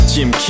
Jim